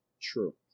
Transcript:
True